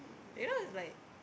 you know it's like